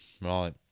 Right